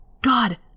God